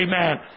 amen